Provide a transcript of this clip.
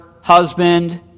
husband